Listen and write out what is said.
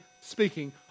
speaking